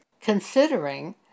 considering